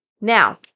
Now